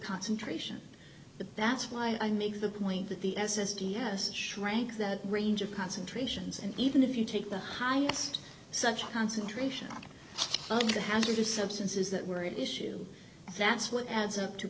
concentration but that's why i make the point that the s s d has shrank that range of concentrations and even if you take the highest such concentration of the hazardous substances that were an issue that's what adds up two